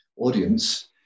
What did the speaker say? audience